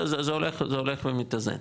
זה הולך ומתאזן.